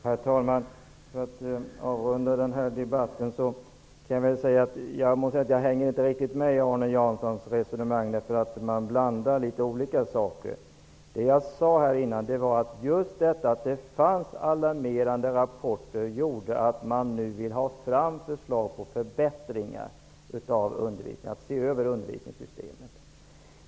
Herr talman! För att avrunda denna debatt vill jag säga att jag inte riktigt hänger med i Arne Janssons resonemang, där han blandar litet olika saker. Vad jag sade var att just detta att det fanns alarmerande rapporter gjorde att man nu ville ha fram förslag till förbättringar av undervisningen och att undervisningssystemet skulle ses över.